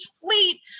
fleet